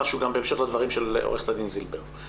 בהמשך לדברים של עורכת הדין זילבר אני רוצה לומר משהו.